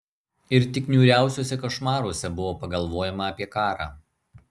ir tik niūriausiuose košmaruose buvo pagalvojama apie karą